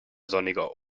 sonniger